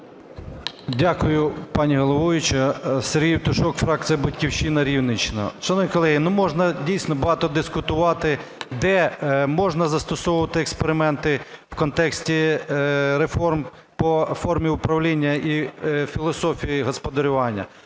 Дякую, пані головуюча. Сергій Євтушок, фракція "Батьківщина", Рівненщина. Шановні колеги, ну можна, дійсно, багато дискутувати, де можна застосовувати експерименти в контексті реформ по формі управління і філософії господарювання,